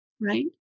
right